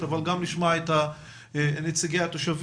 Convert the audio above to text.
גם נשמע חברי כנסת אבל גם נשמע את נציגי התושבים.